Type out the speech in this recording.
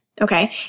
okay